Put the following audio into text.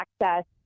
access